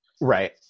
Right